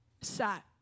Sat